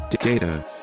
Data